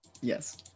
Yes